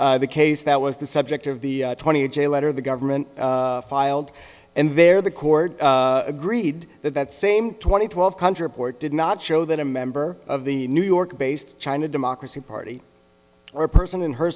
in the case that was the subject of the twentieth a letter the government filed and there the court agreed that that same twenty twelve contra port did not show that a member of the new york based china democracy party or a person in her